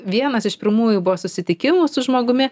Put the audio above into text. vienas iš pirmųjų buvo susitikimų su žmogumi